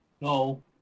No